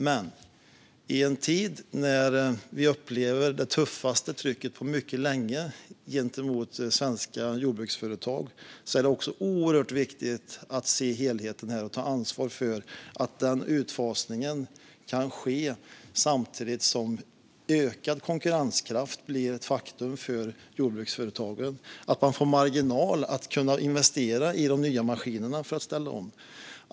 Men i en tid när vi upplever det tuffaste trycket på mycket länge gentemot svenska jordbruksföretag är det också oerhört viktigt att se helheten och att ta ansvar för att utfasningen kan ske samtidigt som ökad konkurrenskraft blir ett faktum för jordbruksföretagen. De måste få marginal att kunna investera i de nya maskinerna för att ställa om.